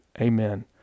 Amen